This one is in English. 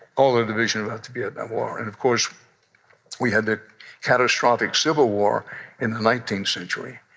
all the division about the vietnam war, and of course we had the catastrophic civil war in the nineteenth century,